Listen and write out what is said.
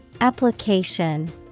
Application